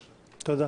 תודה.